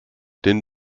den